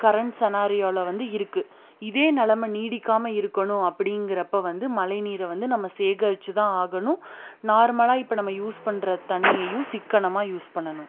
current செனாரியோவில் வந்து இருக்குது இதே நெலைம நீடிக்காமல் இருக்கணும் அப்படிங்கிறப்ப வந்து மழைநீரை வந்து நம்ம சேகரித்து தான் ஆகணும் நார்மலாக இப்போ நம்ம யூஸ் பண்ணுற தண்ணியையும் சிக்கனமாக யூஸ் பண்ணணும்